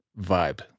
vibe